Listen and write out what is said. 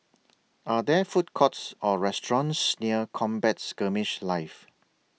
Are There Food Courts Or restaurants near Combat Skirmish Live